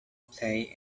play